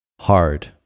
Hard